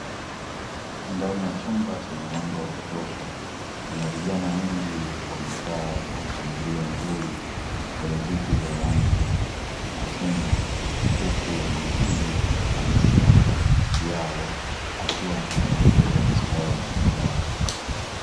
Ndani ya chumba chenye mwanga wa kutosha, kuna vijana wengi wamekaa kwa mpangilio mzuri kwenye viti vya rangi ya machungwa, huku mwalimu amesimama katikati yao akiwa anawaelekeza maswala mbalimbali.